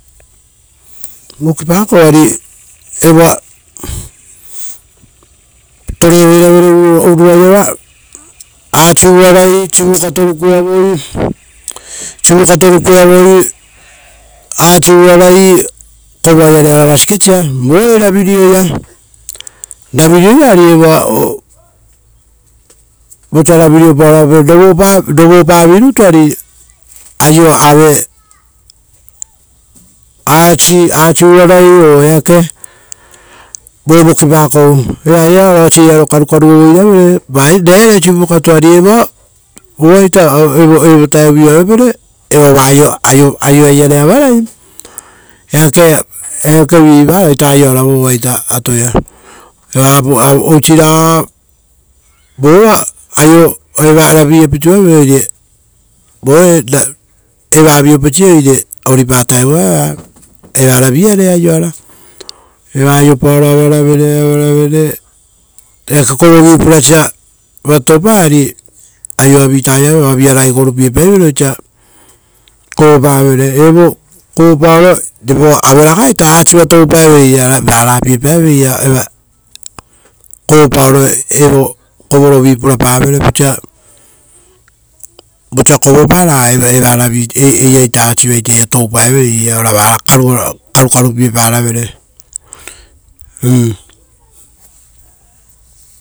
Voki pakou, ari evoa tore ovoi ravere urua iava, aasi ura rai, sivukato rukue avoi, sivukato rukue avoi, asi ura rai. Kovoa iare ora vasikesia, vore ravireo ia. Ravireo ia ari evoa vosa ravireo paoro avapape, rovopavirutu ari aio aue asii, asi urarai o eake, vo vokipakou. Evaia oira osier aro karukaru ravero rera iare sivukato. Ari evoa ee- voa- evo va aioa iare avarai. Eakevi, varao ita aio ara vova atoia, oisi raga vova aio evara via pitu avere, oire eva vi opesiei oire oripaa time evaa, evara viare aio ori ara. Eva aiopaoro avara vere, avaravere, eake kovovi purasa vatatopoa ari aio avi ta aio avere, oavia ragai groupie paivere osa kovopa vere. Evo kovopaoro aue ragaita asiva toupee verera ora varapie paeveira, kopaoro evo kovorovita purapaoro, vosa kovopa raevara eiraita asiva iria toupaevere iria ora karukaru piepa ravere.